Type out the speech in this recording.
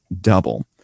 Double